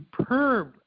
superb